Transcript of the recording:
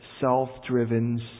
self-driven